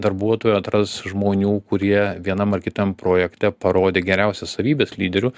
darbuotojų atras žmonių kurie vienam ar kitam projekte parodė geriausias savybes lyderių